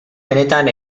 benetan